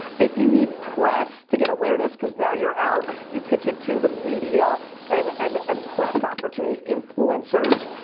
if you need press to get awareness because now you're out, you pitch it to the media and and um press opportunities, influencers.